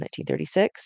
1936